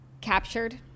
Captured